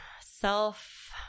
Self